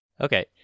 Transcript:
Okay